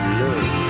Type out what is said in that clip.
love